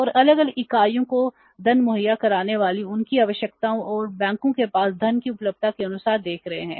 और अलग अलग इकाइयों को धन मुहैया कराने वाली उनकी आवश्यकताओं और बैंकों के पास धन की उपलब्धता के अनुसार देख रहे हैं